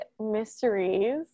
mysteries